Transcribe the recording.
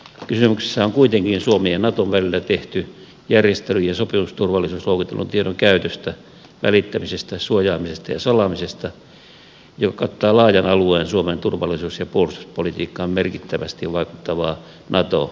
kysymyksessä on kuitenkin suomen ja naton välillä tehty järjestely ja sopimus turvallisuusluokitellun tiedon käytöstä välittämisestä suojaamisesta ja salaamisesta joka kattaa laajan alueen suomen turvallisuus ja puolustuspolitiikkaan merkittävästi vaikuttavaa nato yhteistyötä